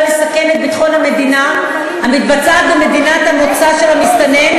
לסכן את ביטחון המדינה המתבצעת במדינת המוצא של המסתנן,